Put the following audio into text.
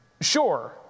sure